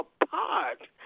apart